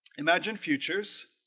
imagine futures